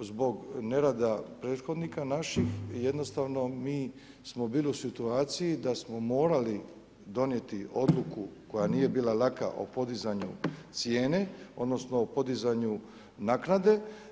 zbog nerada prethodnika naših. jednostavno mi smo bili u situaciji da smo morali donijeti odluku koja nije bila laka o podizanju cijene, odnosno o podizanju naknade.